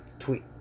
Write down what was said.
Tweet